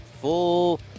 full